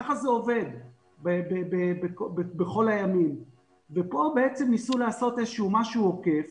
ככה זה עובד בכל הימים ופה ניסו לעשות משהו עוקף